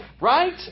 right